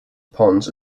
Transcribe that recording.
ponds